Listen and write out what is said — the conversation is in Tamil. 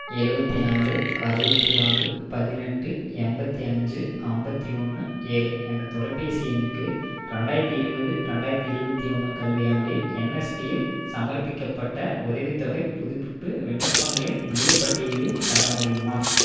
எழுபத்தினாலு அறுபத்தி ஆறு பதினெட்டு எண்பத்தி அஞ்சு ஐம்பத்தி ஒன்று ஏழு என்ற தொலைபேசி எண்ணுக்கு ரெண்டாயிரத்தி இருபது ரெண்டாயிரத்தி இருபத்தி ஒன்று கல்வியாண்டில் என்எஸ்பியில் சமர்ப்பிக்கப்பட்ட உதவித்தொகைப் புதுப்பிப்பு விண்ணப்பங்களின் முழுப் பட்டியலும் தர முடியுமா